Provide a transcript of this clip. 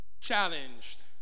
challenged